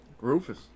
Rufus